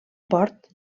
port